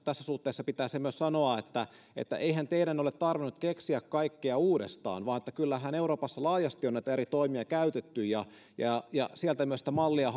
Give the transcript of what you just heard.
tässä suhteessa pitää se myös sanoa että että eihän teidän ole tarvinnut keksiä kaikkea uudestaan vaan kyllähän euroopassa laajasti on eri toimia käytetty ja ja sieltä myös pitää mallia